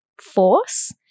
force